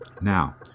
Now